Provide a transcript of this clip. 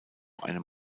einem